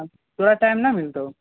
तोरा टाइम नहि मिलतौ